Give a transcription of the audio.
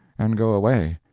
and go away.